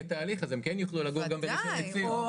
הן יוכלו לגור גם במקומות יקרים.